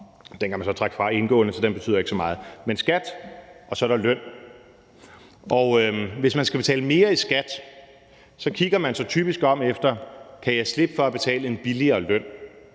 den kan man så trække fra indtægter, så den betyder ikke så meget – og løn, og hvis man skal betale mere i skat, kigger man sig typisk om efter, om man kan slippe for at betale en højere løn.